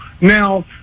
Now